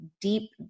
deep